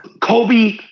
Kobe